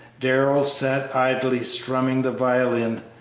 darrell sat idly strumming the violin,